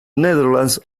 netherlands